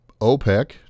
OPEC